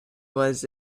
was